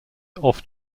off